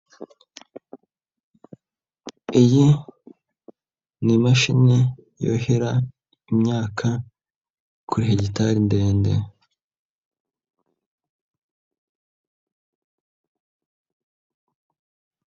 Iyi, ni imashini yuhira, imyaka, kuri hegitari ndende.